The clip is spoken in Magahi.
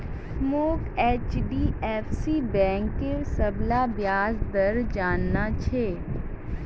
मोक एचडीएफसी बैंकेर सबला ब्याज दर जानना छ